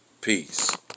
Peace